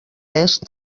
est